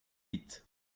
dites